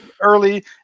early